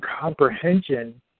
comprehension